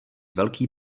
velký